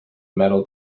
medal